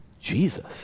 Jesus